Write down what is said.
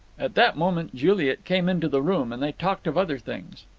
at that moment juliet came into the room, and they talked of other things.